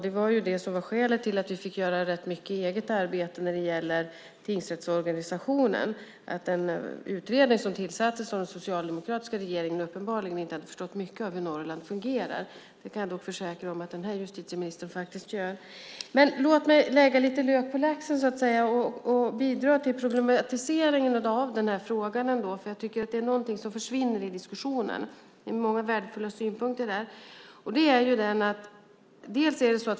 Det var det som var skälet till att vi fick göra rätt mycket eget arbete när det gäller tingsrättsorganisationen. Den utredning som tillsattes av den socialdemokratiska regeringen hade uppenbarligen inte förstått mycket av hur Norrland fungerar. Det kan jag försäkra er om att den här justitieministern gör. Men låt mig lägga lite lök på laxen och bidra till problematiseringen av frågan. Det är någonting som försvinner i diskussionen. Det finns många värdefulla synpunkter här.